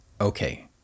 Okay